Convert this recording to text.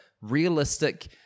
realistic